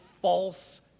false